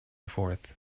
forth